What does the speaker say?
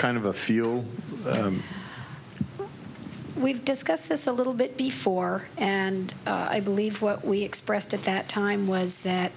kind of a feel we've discussed this a little bit before and i believe what we expressed at that time was that